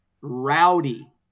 rowdy